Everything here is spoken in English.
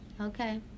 okay